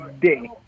day